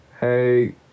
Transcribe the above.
hey